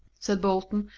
said bolton,